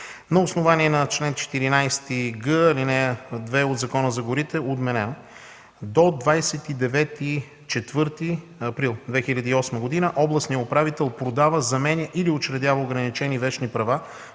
На основание чл. 14г, ал. 2 от Закона за горите е отменена. До 29 април 2008 г. областният управител продава, заменя или учредява ограничени вещни права